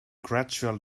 gradual